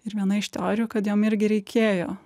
ir viena iš teorijų kad jom irgi reikėjo